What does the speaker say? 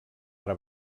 ara